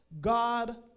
God